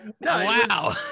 Wow